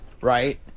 right